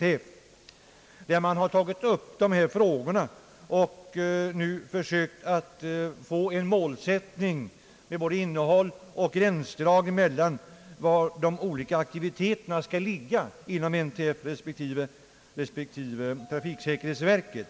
Det framgår av den att man nu har tagit upp dessa frågor och sökt få en målsättning och gränsdragning för var olika aktiviteter skall ligga, i NTF respektive trafiksäkerhetsverket.